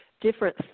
different